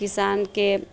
किसानके